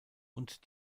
und